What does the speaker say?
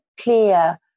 clear